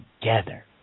together